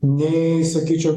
nei sakyčiau